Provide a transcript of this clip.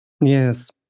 Yes